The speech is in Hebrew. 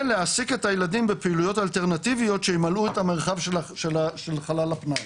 ולהעסיק את הילדים בפעילויות אלטרנטיביות שימלאו את המרחב של חלל הפנאי,